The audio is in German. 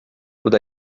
oder